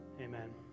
Amen